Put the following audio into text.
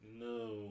No